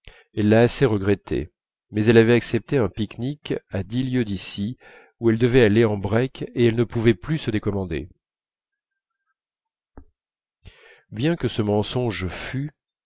elle l'a assez regretté mais elle avait accepté un pique-nique à dix lieues d'ici où elle devait aller en break et elle ne pouvait plus se décommander bien que ce mensonge fût